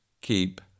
keep